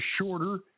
shorter